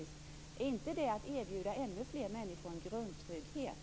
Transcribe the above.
Är inte det att erbjuda ännu fler människor en grundtrygghet?